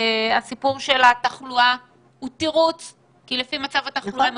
הסיפור של התחלואה הוא תירוץ כי לפי מצב התחלואה היינו